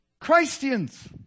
Christians